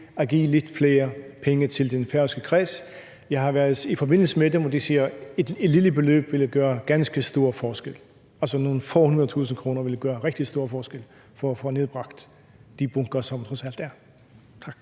at give lidt flere penge til den færøske kreds. Jeg har været i forbindelse med dem, og de siger, at et lille beløb ville gøre ganske stor forskel, altså nogle få 100.000 kr. ville gøre rigtig stor forskel for at få nedbragt de bunker, som der trods alt er. Tak.